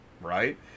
right